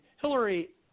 Hillary